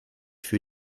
für